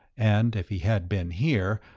and if he had been here,